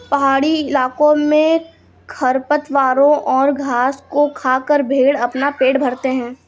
पहाड़ी इलाकों में खरपतवारों और घास को खाकर भेंड़ अपना पेट भरते हैं